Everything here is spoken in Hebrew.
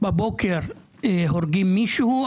בבוקר הורגים מישהו,